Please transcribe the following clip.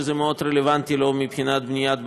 שזה מאוד רלוונטי לו מבחינת בניית בתי-מלון.